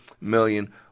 million